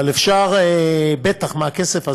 אבל אפשר, בטח מהכסף הזה,